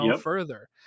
further